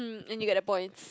and you get the points